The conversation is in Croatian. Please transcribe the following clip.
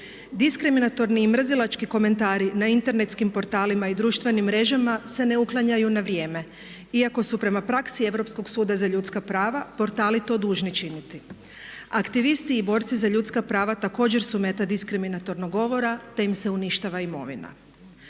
Diskriminatorni i mrzilački komentari na internetskim portalima i društvenim mrežama se ne uklanjaju na vrijeme iako su prema praksi Europskog suda za ljudska prava portali to dužni činiti. Aktivisti i borci za ljudska prava također su meta diskriminatornog govora te im se uništava imovina.